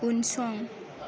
उनसं